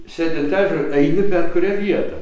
sėdi ant ežero eini bet kuria vieta